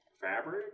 fabric